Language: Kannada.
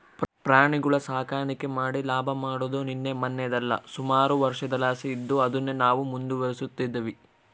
ಪ್ರಾಣಿಗುಳ ಸಾಕಾಣಿಕೆ ಮಾಡಿ ಲಾಭ ಮಾಡಾದು ನಿನ್ನೆ ಮನ್ನೆದಲ್ಲ, ಸುಮಾರು ವರ್ಷುದ್ಲಾಸಿ ಇದ್ದು ಅದುನ್ನೇ ನಾವು ಮುಂದುವರಿಸ್ತದಿವಿ